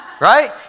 right